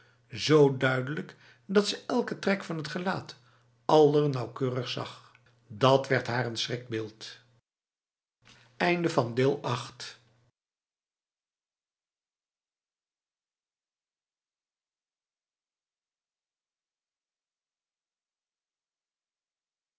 z duidelijk dat ze elke trek van het gelaat allernauwkeurigst zagj dat werd haar een schrikbeeld